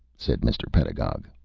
said mr. pedagog.